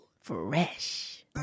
fresh